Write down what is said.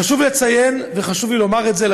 חשוב לציין וחשוב לי לומר את זה,